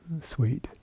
sweet